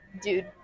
dude